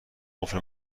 قفل